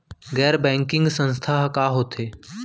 गैर बैंकिंग संस्था ह का होथे?